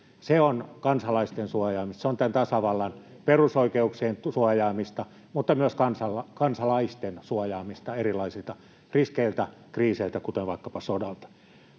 Se on kansalaisten suojaamista. Se on tämän tasavallan perusoikeuksien suojaamista mutta myös kansalaisten suojaamista erilaisilta riskeiltä ja kriiseiltä, kuten vaikkapa sodalta.